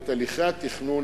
את הליכי התכנון,